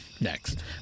next